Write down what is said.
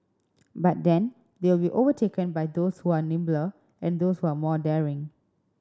but then they will be overtaken by those who are nimbler and those who are more daring